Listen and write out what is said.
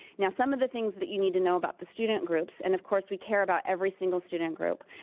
now some of the things that you need to know about the student groups, and of course we care about every single student group,